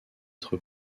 être